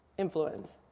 influence.